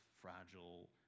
fragile